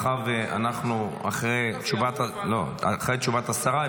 אחרי תשובת השרה,